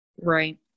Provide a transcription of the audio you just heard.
Right